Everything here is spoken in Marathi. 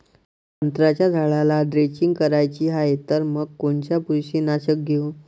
संत्र्याच्या झाडाला द्रेंचींग करायची हाये तर मग कोनच बुरशीनाशक घेऊ?